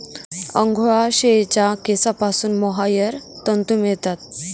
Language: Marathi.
अंगोरा शेळीच्या केसांपासून मोहायर तंतू मिळतात